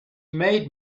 made